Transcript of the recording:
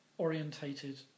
orientated